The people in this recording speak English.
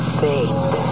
faith